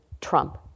Trump